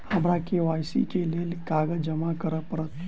हमरा के.वाई.सी केँ लेल केँ कागज जमा करऽ पड़त?